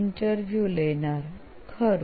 interview લેનાર ખરું